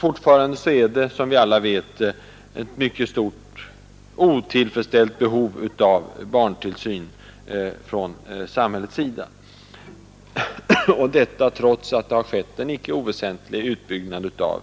Fortfarande finns det, som vi alla vet, ett mycket stort otillfredsställt behov av kommunal barntillsyn. Detta trots att det har skett en icke oväsentlig utbyggnad av